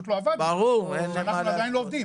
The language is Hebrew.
ב-2020 2021 פשוט לא עבדנו ואנחנו עדיין לא עובדים.